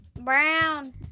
Brown